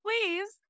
Please